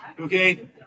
Okay